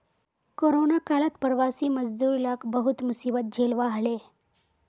corona कालत प्रवासी मजदूर लाक बहुत मुसीबत झेलवा हले